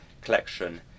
collection